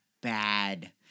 bad